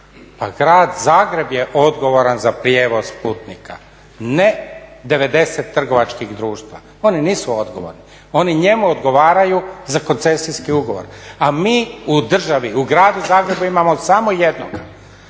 grad Zagreb je odgovoran za prijevoz putnika ne 90 trgovačkih društava. Oni nisu odgovorni, oni njemu odgovaraju za koncesijski ugovor, a mi u državi, u gradu Zagrebu imamo samo jednoga.